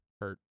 hurt